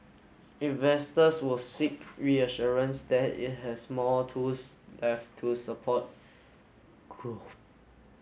investors will seek reassurance that it has more tools left to support growth